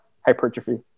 hypertrophy